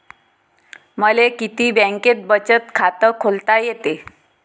मले किती बँकेत बचत खात खोलता येते?